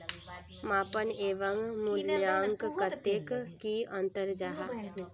मापन एवं मूल्यांकन कतेक की अंतर जाहा?